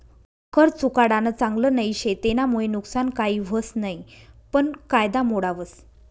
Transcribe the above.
कर चुकाडानं चांगल नई शे, तेनामुये नुकसान काही व्हस नयी पन कायदा मोडावस